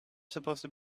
supposed